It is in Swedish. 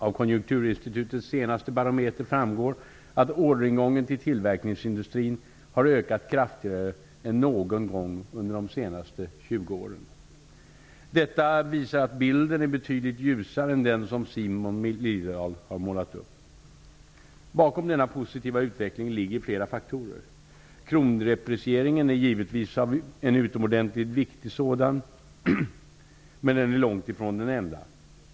Av Konjunkturinstitutets senaste barometer framgår att orderingången till tillverkningsindustrin har ökat kraftigare än någon gång under de senaste 20 åren. Detta visar att bilden är betydligt ljusare än den som Simon Liliedahl har målat upp. Bakom denna positiva utveckling ligger flera faktorer. Krondeprecieringen är givetvis en utomordentligt vikig sådan, men den är långt ifrån den enda.